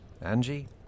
Angie